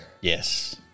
Yes